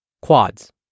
Quads